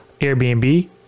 Airbnb